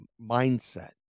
mindset